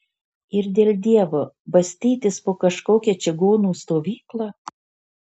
ir dėl dievo bastytis po kažkokią čigonų stovyklą